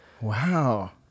Wow